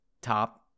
top